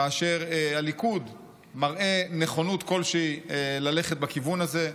כאשר הליכוד מראה נכונות כלשהי ללכת בכיוון הזה,